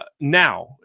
Now